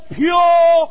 pure